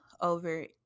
over